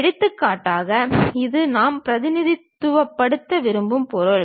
எடுத்துக்காட்டாக இது நாம் பிரதிநிதித்துவப்படுத்த விரும்பும் பொருள்